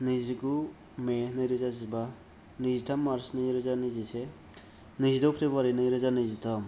नैजिगु मे नै रोजा जिबा नैजिथाम मार्स नै रोजा नैजिसे नैजिद' फेब्रुवारी नै रोजा नैजिद'